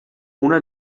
una